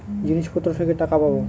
জিনিসপত্র থেকে টাকা পাবো